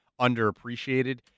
underappreciated